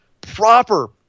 proper